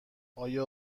آیا